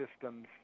systems